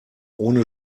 ohne